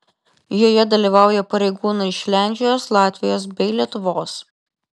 joje dalyvauja pareigūnai iš lenkijos latvijos bei lietuvos